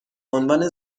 عنوان